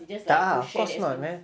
tak ah of course not man